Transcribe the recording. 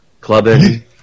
Clubbing